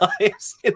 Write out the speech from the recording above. lives